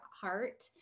heart